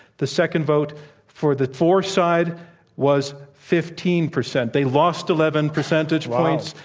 the second vote for the for side was fifteen percent. they lost eleven percentage points.